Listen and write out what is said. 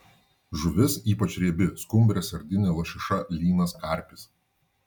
žuvis ypač riebi skumbrė sardinė lašiša lynas karpis